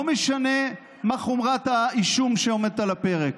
ולא משנה מה חומרת האישום שעומדת על הפרק.